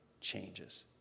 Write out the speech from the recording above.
changes